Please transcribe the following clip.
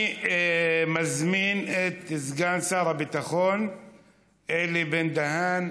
אני מזמין את סגן שר הביטחון אלי בן-דהן,